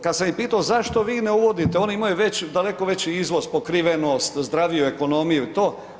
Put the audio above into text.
Kad sam ih pitao zašto vi ne uvodite oni imaju daleko veći izvoz pokrivenost, zdraviju ekonomiju i to?